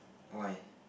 why